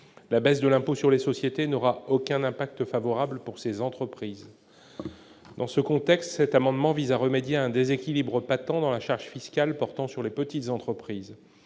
la baisse de l'impôt sur les sociétés n'aura aucun impact favorable pour ces entreprises, dans ce contexte, cet amendement vise à remédier à un déséquilibre patents dans la charge fiscale portant sur les petites entreprises,